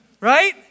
Right